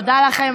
תודה לכם,